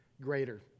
greater